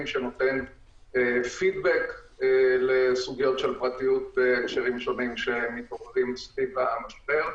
שנותן פידבק לסוגיות של פרטיות בהקשרים שונים שמתעוררים סביב המשבר.